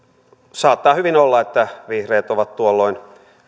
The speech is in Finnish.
saattaa hyvin olla että vihreät ovat tuolloin